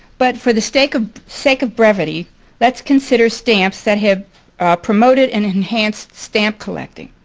but for the sake of sake of brevity let's consider stamps that have promoted and enhanced stamp collecting.